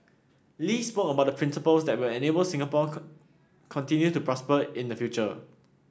Lee spoke about the principles that will enable Singapore continue to prosper in the future